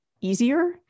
easier